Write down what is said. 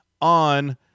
on